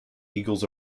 eagles